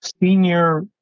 Senior